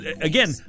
Again